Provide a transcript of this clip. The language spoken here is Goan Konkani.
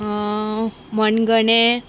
मनगणे